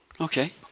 Okay